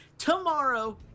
tomorrow